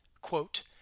Quote